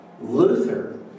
Luther